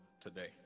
today